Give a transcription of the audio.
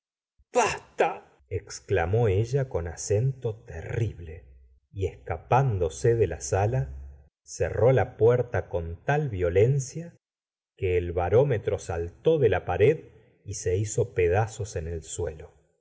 basta exclamó ella con acento terrible y escapándose de la sala cerró la puerta con tal violencia que el barómetro saltó de la pared y se hizo pedazos en el suelo